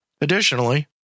Additionally